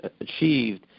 achieved